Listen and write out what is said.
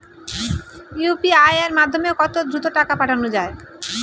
UPI এর মাধ্যমে কত দ্রুত টাকা পাঠানো যায়?